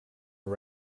for